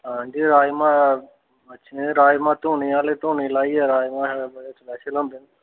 हां जी राजमाह् अच्छे राजमाह् धूनी आह्ले धूनी लाइयै राजमाह् बड़े स्पैशल होंदे न